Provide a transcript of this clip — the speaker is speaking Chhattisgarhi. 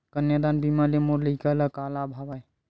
कन्यादान बीमा ले मोर लइका ल का लाभ हवय?